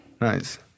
Nice